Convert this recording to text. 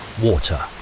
water